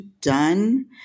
done